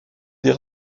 des